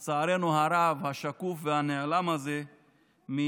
הזה, שלצערנו הרב הוא שקוף ונעלם מעינינו,